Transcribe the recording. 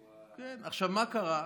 עכשיו, מה קרה?